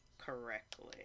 correctly